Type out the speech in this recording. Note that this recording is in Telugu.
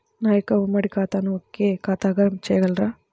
నా యొక్క ఉమ్మడి ఖాతాను ఒకే ఖాతాగా చేయగలరా?